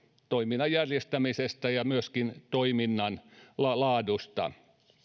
toiminnan järjestämisestä ja myöskin toiminnan laadusta